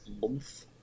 month